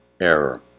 error